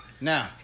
Now